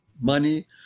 money